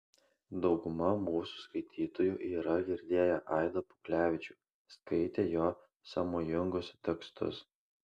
dauguma mūsų skaitytojų yra girdėję aidą puklevičių skaitę jo sąmojingus tekstus